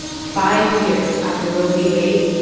five years after roe v. wade,